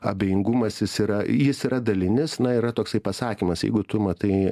abejingumas jis yra jis yra dalinis na yra toksai pasakymas jeigu tu matai